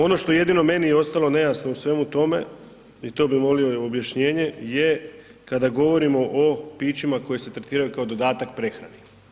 Ono što je jedino meni ostalo nejasno u svemu tome i to bi molio objašnjenje je kada govorimo o pićima koji se tretiraju kao dodatak prehrani.